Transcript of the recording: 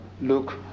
look